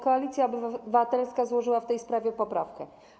Koalicja Obywatelska złożyła w tej sprawie poprawkę.